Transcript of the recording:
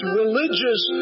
religious